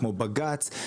כמו בג"צ,